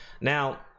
Now